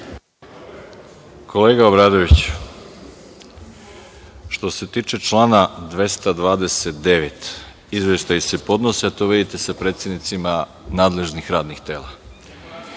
Kolega Obradoviću, što se tiče člana 229. izveštaji se podnose, a to vi vidite sa predsednicima nadležnih radnih tela.